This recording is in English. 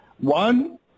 one